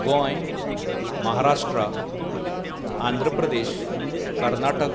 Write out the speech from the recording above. Goa Maharashtra Andhra Pradesh Karnataka